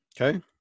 Okay